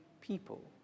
people